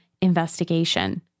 investigation